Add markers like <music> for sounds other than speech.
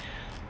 <breath>